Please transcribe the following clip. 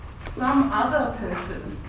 some other person